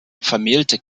vermählte